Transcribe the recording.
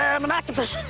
i'm an octopus.